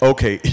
Okay